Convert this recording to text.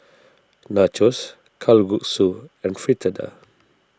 Nachos Kalguksu and Fritada